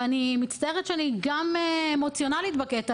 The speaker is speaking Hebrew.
ואני מצטערת שאני גם אמוציונאלית בקטע